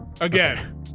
again